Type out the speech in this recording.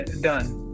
done